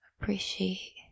appreciate